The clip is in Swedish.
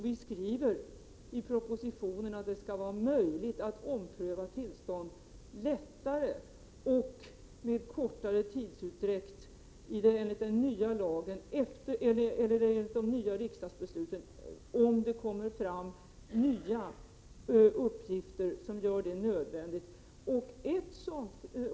Vi skriver i propositionen att det skall vara lättare att ompröva tillstånd och att det skall kunna ske med kortare tidsutdräkt enligt de nya riksdagsbesluten, om det kommer fram nya uppgifter som gör det nödvändigt.